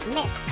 Miss